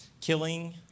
Killing